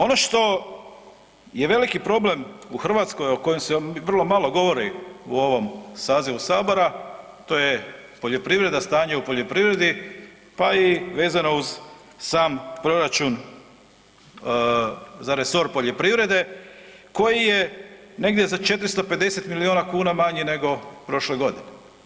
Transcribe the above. Ono što je veliki problem u Hrvatskoj, a o kojem se vrlo malo govori u ovom sazivu Sabora, to je poljoprivreda, stanje u poljoprivredi pa i vezano uz sam proračun za resor poljoprivrede, koji je negdje za 450 milijuna kuna manji nego prošle godine.